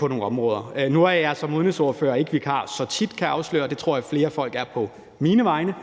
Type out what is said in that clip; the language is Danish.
på nogle områder. Nu er jeg som udenrigsordfører ikke vikar så tit, kan jeg afsløre. Det tror jeg flere folk er på mine vegne.